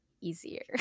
easier